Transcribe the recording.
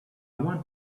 want